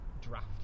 draft